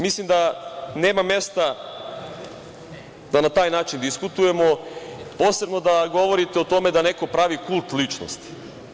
Mislim da nema mesta da na taj način diskutujemo, posebno da govorite o tome da neko pravi kult ličnosti.